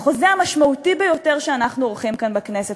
החוזה המשמעותי ביותר שאנחנו עורכים כאן בכנסת,